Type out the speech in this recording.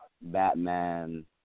Batman